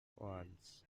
once